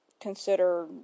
consider